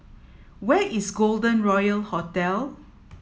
where is Golden Royal Hotel